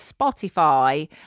Spotify